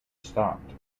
stopped